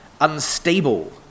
unstable